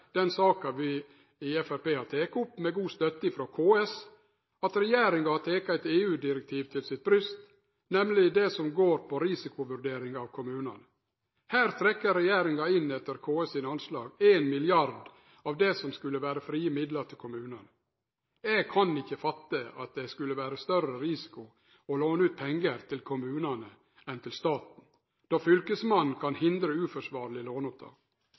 den saka vi i Framstegspartiet har teke opp, med god støtte frå KS, om at regjeringa har teke eit EU-direktiv til sitt bryst, nemleg det som går på risikovurdering av kommunane. Her trekkjer regjeringa, etter KS sine anslag, inn 1 mrd. kr av det som skulle vere frie midlar til kommunane. Eg kan ikkje fatte at det skulle vere større risiko å låne ut pengar til kommunane enn til staten, då Fylkesmannen kan hindre